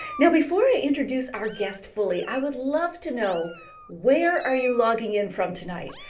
now, before i introduce our guest fully, i would love to know where are you logging in from tonight.